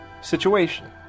situation